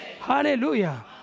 Hallelujah